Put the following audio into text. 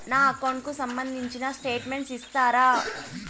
నా అకౌంట్ కు సంబంధించిన స్టేట్మెంట్స్ ఇస్తారా